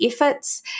efforts